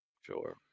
Sure